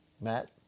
Matt